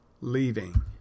leaving